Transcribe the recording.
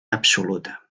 absoluta